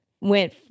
went